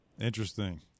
Interesting